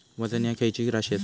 वजन ह्या खैची राशी असा?